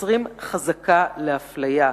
יוצרים חזקה להפליה,